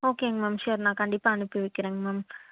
ஓகேங்க ma'am sure நான் கண்டிப்பாக அனுப்பி வைக்கிறங் மேம்